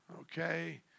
Okay